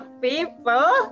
people